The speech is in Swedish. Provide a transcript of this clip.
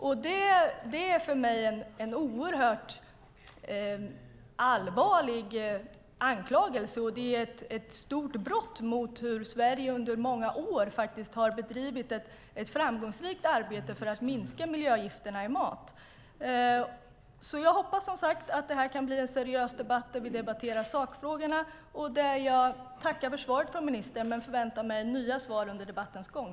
För mig är det en allvarlig anklagelse och ett brott mot hur Sverige under många år har bedrivit ett framgångsrikt arbete för att minska miljögifterna i mat. Jag hoppas som sagt att det kan bli en seriös debatt där vi debatterar sakfrågorna. Jag tackar för svaret från ministern men förväntar mig nya svar under debattens gång.